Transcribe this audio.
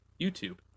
YouTube